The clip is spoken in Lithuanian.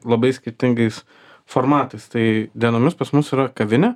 labai skirtingais formatais tai dienomis pas mus yra kavinė